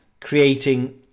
creating